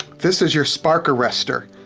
this is your spark arrestor.